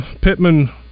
Pittman